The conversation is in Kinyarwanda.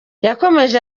yakomeje